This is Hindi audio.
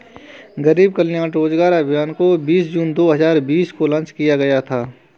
गरीब कल्याण रोजगार अभियान को बीस जून दो हजार बीस को लान्च किया गया था